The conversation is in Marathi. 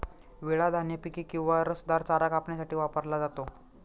विळा धान्य पिके किंवा रसदार चारा कापण्यासाठी वापरला जातो